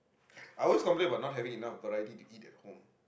I always complaint about not having enough but I did did eat at home